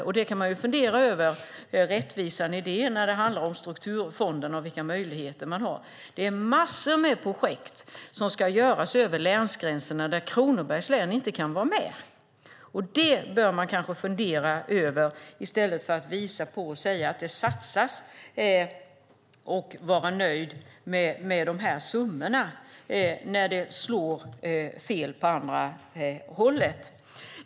Man kan fundera över rättvisan i det när det handlar om strukturfonderna och vilka möjligheter man har. Det är massor av projekt som ska göras över länsgränserna där Kronobergs län inte kan vara med. Det bör man kanske fundera över i stället för att säga att det satsas och vara nöjd med de summorna när det slår fel åt andra hållet.